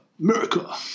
America